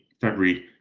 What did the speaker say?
February